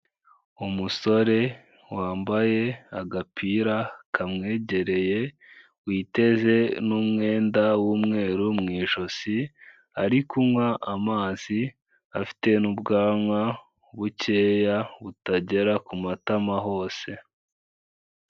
Umusore wambaye agapira kamwegereye, witeze n'umwenda w'umweru mu ijosi, ari kunywa amazi, afite n'ubwanwa bukeya, butagera ku matama hose.